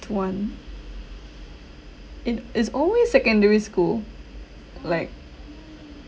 one in it's always secondary school like